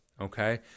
okay